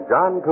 John